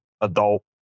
adult